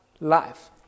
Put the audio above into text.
life